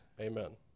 Amen